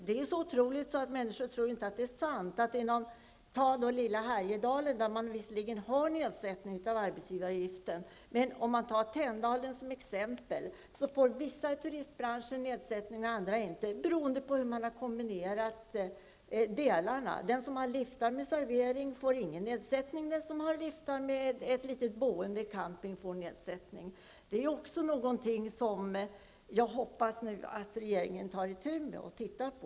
Det är så otroligt att människor inte tror att detta är sant. I lilla Härjedalen har man visserligen nedsättning av arbetsgivaravgiften, men i Tänndalen får vissa turistbranscher en nedsättning, andra inte, beroende på hur man har kombinerat delarna. Den som har liftar med servering får ingen nedsättning. Den som har liftar med camping får nedsättning. Också det här är någonting som jag hoppas att regeringen nu tar itu med och tittar på.